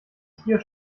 tier